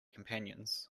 companions